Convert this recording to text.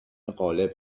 غالب